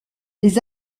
les